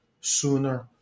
sooner